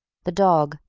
the dog,